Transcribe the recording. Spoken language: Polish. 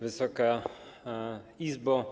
Wysoka Izbo!